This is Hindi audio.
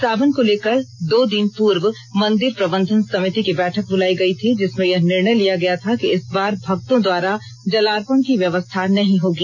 सावन को लेकर दो दिन पूर्व मंदिर प्रबंधन समिति की बैठक बुलाई गई थी जिसमे यह निर्णय लिया गया था कि इस बार भक्तों द्वारा जलार्पण की व्यवस्था नहीं होगी